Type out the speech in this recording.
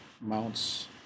mounts